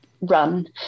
run